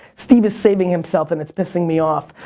steve is saving himself and it's pissing me off,